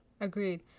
Agreed